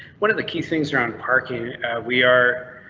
one of the key things around parking we are.